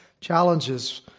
challenges